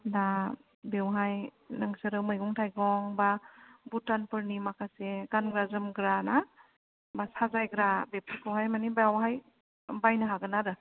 बा बेवहाय नोंसोरो मैगं थाइगं बा भुटानफोरनि माखासे गानग्रा जोमग्रा ना बा साजायग्रा बेफोरखौहाय मानि बेयावहाय बायनो हागोन आरो